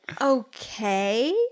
okay